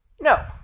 no